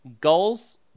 goals